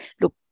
look